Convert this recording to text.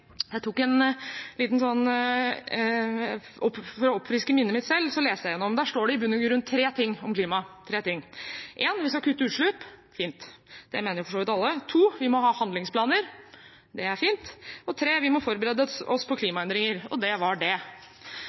For å oppfriske minnet mitt selv, leste jeg gjennom den. Der står det i bunn og grunn tre ting om klima – tre ting: Vi skal kutte utslipp – fint, det mener for så vidt alle. Vi må ha handlingsplaner – det er fint. Vi må forberede oss på klimaendringer – og det var det.